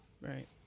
Right